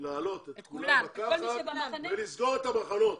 להעלות את כולם במכה אחת ולסגור את המחנות.